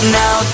now